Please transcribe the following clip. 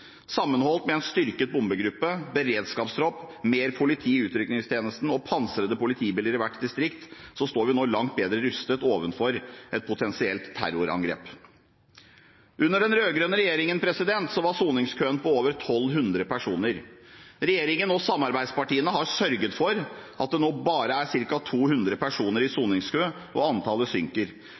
Sammenholdt med en styrket bombegruppe, beredskapstropp, mer politi i utrykningstjenesten og pansrede politibiler i hvert distrikt står vi nå langt bedre rustet overfor et potensielt terrorangrep. Under den rød-grønne regjeringen var soningskøen på over 1 200 personer. Regjeringen og samarbeidspartiene har sørget for at det nå bare er ca. 200 personer i soningskø, og antallet synker.